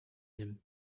him